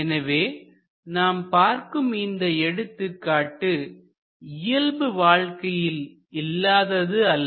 எனவே நாம் பார்க்கும் இந்த எடுத்துக்காட்டு இயல்பு வாழ்க்கையில் இல்லாதது அல்ல